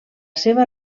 seva